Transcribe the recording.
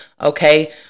Okay